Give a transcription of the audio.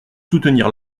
soutenir